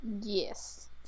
Yes